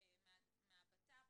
מהבט"פ